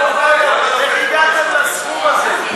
איך הגעתם לסכום הזה?